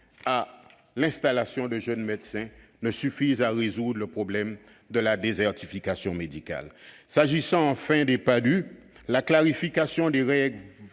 à l'installation de jeunes médecins ne suffise pas à résoudre le problème de la désertification médicale. S'agissant enfin des Padhue, la clarification des règles